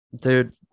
dude